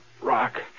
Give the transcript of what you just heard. rock